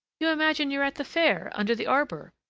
you imagine you're at the fair under the arbor!